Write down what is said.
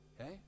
okay